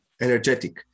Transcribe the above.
energetic